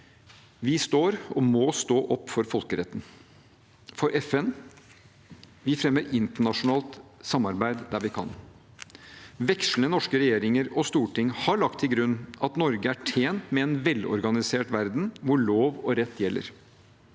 Vi står og må stå opp for folkeretten, for FN. Vi fremmer internasjonalt samarbeid der vi kan. Vekslende norske regjeringer og storting har lagt til grunn at Norge er tjent med en velorganisert verden hvor lov og rett gjelder.